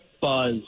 buzz